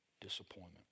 Disappointment